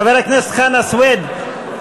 חבר הכנסת חנא סוייד,